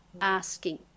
asking